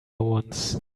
once